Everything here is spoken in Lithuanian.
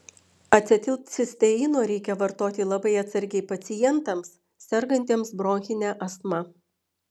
acetilcisteino reikia vartoti labai atsargiai pacientams sergantiems bronchine astma